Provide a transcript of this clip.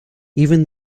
even